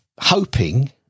hoping